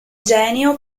genio